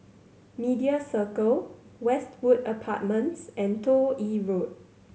Media Circle Westwood Apartments and Toh Yi Road